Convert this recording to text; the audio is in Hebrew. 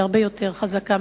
שהיא הרבה יותר חזקה,